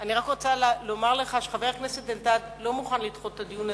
אני רוצה לומר לך שחבר הכנסת אלדד לא מוכן לדחות את הדיון,